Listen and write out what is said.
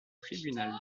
tribunal